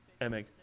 Emig